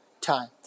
time